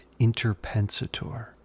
Interpensator